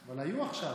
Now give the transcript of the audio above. אבל היו עכשיו.